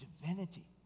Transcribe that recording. divinity